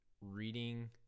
reading